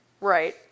Right